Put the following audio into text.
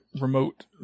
remote